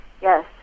Yes